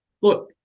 Look